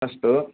अस्तु